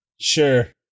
Sure